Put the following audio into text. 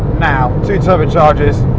now, two turbocharges.